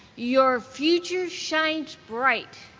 your future shines bright.